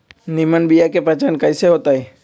निमन बीया के पहचान कईसे होतई?